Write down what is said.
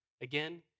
Again